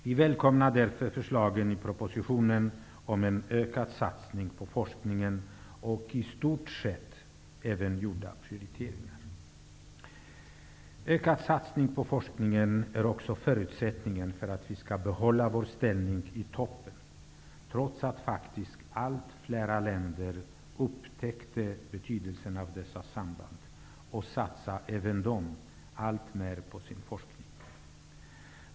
Vi välkomnar förslagen i propositionen om en ökad satsning på forskningen och i stort sett även gjorda prioriteringar. En ökad satsning på forskning är också förutsättningen för att vi skall behålla vår ställning i toppen, när allt fler länder upptäcker betydelsen av dessa samband och även de satsar mer på sin forskning.